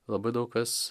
labai daug kas